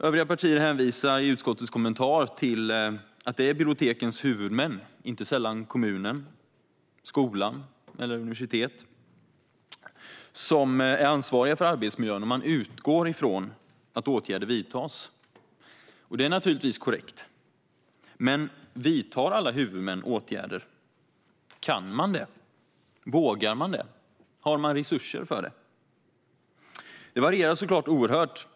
Övriga partier hänvisar i utskottets kommentar till att det är bibliotekens huvudmän, inte sällan kommun, skola eller universitetet, som är ansvariga för arbetsmiljön, och man utgår från att åtgärder vidtas. Det är visserligen korrekt, men vidtar alla huvudmän åtgärder? Kan de det? Vågar de det? Har de resurser för det? Det varierar såklart oerhört.